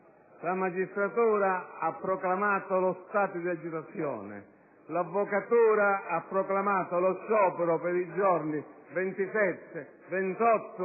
la magistratura ha proclamato lo stato di agitazione; l'avvocatura ha proclamato lo sciopero per i giorni 27, 28